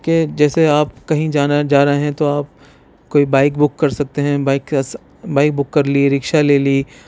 کہ جیسے آپ کہیں جانا جا رہے ہیں تو آپ کوئی بائک بک کر سکتے ہیں بائک بک کر لیے رکشا لے لیے